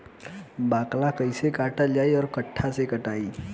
बाकला कईसे काटल जाई औरो कट्ठा से कटाई?